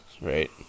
right